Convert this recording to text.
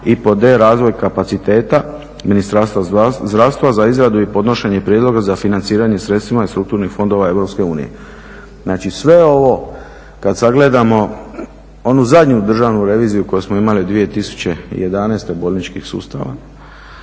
i pod d) razvoj kapaciteta Ministarstva zdravstva za izradu i podnošenje prijedloga za financiranje sredstvima iz strukturnih fondova Europske unije. Znači sve ovo kad sagledamo onu zadnju državnu reviziju koju smo imali 2011. bolničkih sustava